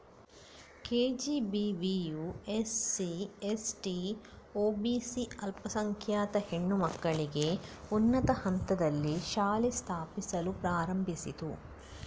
ಕೆ.ಜಿ.ಬಿ.ವಿಯು SC, ST, OBC ಅಲ್ಪಸಂಖ್ಯಾತ ಹೆಣ್ಣು ಮಕ್ಕಳಿಗೆ ಉನ್ನತ ಹಂತದಲ್ಲಿ ಶಾಲೆ ಸ್ಥಾಪಿಸಲು ಪ್ರಾರಂಭಿಸಿತು